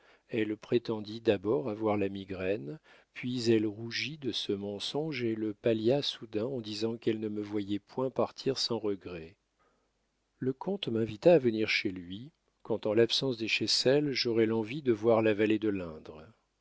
elle prétendit d'abord avoir la migraine puis elle rougit de ce mensonge et le pallia soudain en disant qu'elle ne me voyait point partir sans regret le comte m'invita à venir chez lui quand en l'absence des chessel j'aurais l'envie de voir la vallée de l'indre